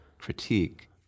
critique